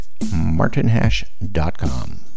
martinhash.com